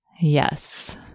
Yes